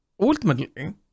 ultimately